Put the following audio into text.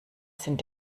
sind